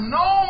no